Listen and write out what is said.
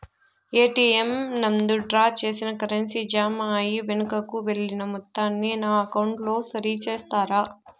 ATM నందు draw చేసిన currency jam అయి వెనుకకు వెళ్లిన మొత్తాన్ని నా అకౌంట్ లో సరి చేస్తారా?